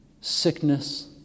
sickness